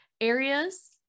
areas